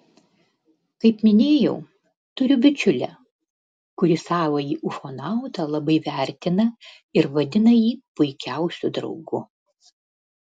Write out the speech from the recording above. kaip minėjau turiu bičiulę kuri savąjį ufonautą labai vertina ir vadina jį puikiausiu draugu